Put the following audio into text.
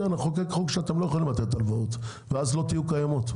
אנחנו נחוקק חוק שאתם לא יכולים לתת הלוואות ואז לא תהיו קיימות.